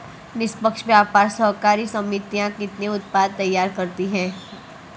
निष्पक्ष व्यापार सहकारी समितियां कितने उत्पाद तैयार करती हैं?